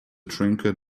trinket